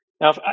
Now